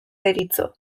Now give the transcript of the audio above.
deritzo